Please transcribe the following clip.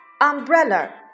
Umbrella